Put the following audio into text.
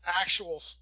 actual